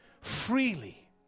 freely